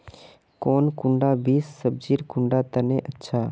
कौन कुंडा बीस सब्जिर कुंडा तने अच्छा?